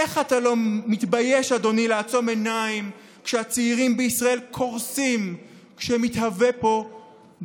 איך אתה לא מתבייש שהשרים שלך מתעסקים בהפיכת סטייקים,